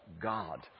God